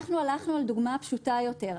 אנחנו הלכנו על דוגמה פשוטה יותר.